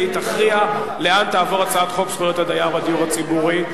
והיא תכריע לאן תעבור הצעת חוק זכויות הדייר בדיור הציבורי.